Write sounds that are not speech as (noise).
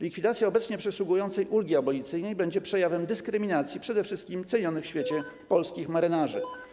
Likwidacja obecnie przysługującej ulgi abolicyjnej będzie przejawem dyskryminacji przede wszystkim cenionych w świecie (noise) polskich marynarzy.